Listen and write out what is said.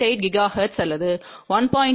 8 gigahertz அல்லது 1